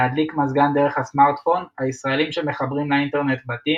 להדליק מזגן דרך הסמארטפון הישראלים שמחברים לאינטרנט בתים,